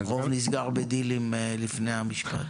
והכול נסגר בדילים לפני המשפט.